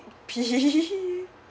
be